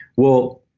well,